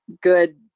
good